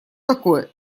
такое